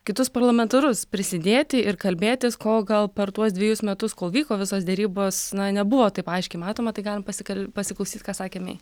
kitus parlamentarus prisidėti ir kalbėtis ko gal per tuos dvejus metus kol vyko visos derybos nebuvo taip aiškiai matoma tai galim pasikal pasiklausyt ką sakė mei